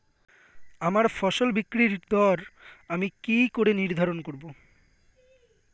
আমার ফসল বিক্রির দর আমি কি করে নির্ধারন করব?